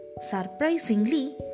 Surprisingly